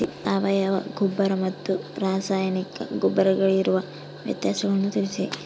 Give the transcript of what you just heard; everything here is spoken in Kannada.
ಸಾವಯವ ಗೊಬ್ಬರ ಮತ್ತು ರಾಸಾಯನಿಕ ಗೊಬ್ಬರಗಳಿಗಿರುವ ವ್ಯತ್ಯಾಸಗಳನ್ನು ತಿಳಿಸಿ?